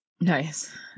nice